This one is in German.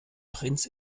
prinz